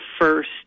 first